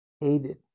Hated